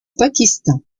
pakistan